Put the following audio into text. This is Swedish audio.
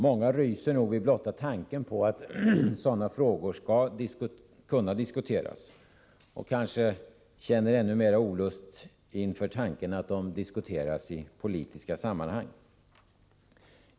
Många ryser nog vid blotta tanken på att sådana frågor skall kunna diskuteras och känner kanske ännu mera olust inför att de diskuteras i politiska sammanhang.